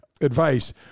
advice